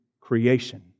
creation